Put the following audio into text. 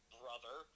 brother